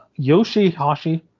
Yoshihashi